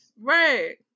Right